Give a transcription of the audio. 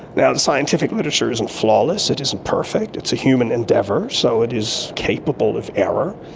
the the scientific literature isn't flawless, it isn't perfect, it's a human endeavour, so it is capable of error.